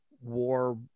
war